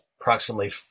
approximately